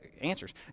answers